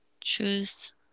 choose